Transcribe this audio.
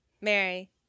Mary